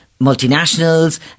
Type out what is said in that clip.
multinationals